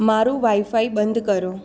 મારું વાઈફાઈ બંધ કરો